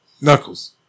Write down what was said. knuckles